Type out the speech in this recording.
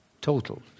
Total